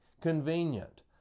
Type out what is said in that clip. convenient